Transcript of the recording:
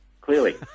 clearly